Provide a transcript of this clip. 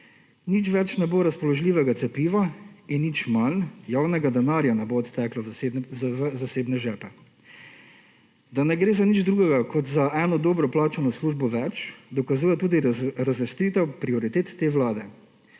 nič več ne bo razpoložljivega cepiva in nič manj javnega denarja ne bo odteklo v zasebne žepe. Da ne gre za nič drugega kot za eno dobro plačano službo več, dokazuje tudi razvrstitev prioritet te vlade.